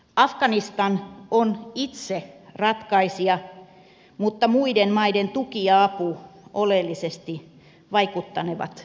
afganistan on itse ratkaisija mutta muiden maiden tuki ja apu oleellisesti vaikuttanevat onnistumiseen